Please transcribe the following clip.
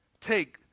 take